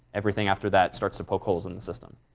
everything after that starts to poke holes in the system.